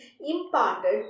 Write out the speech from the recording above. imparted